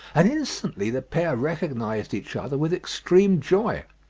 and instantly the pair recognised each other with extreme joy.